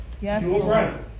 Yes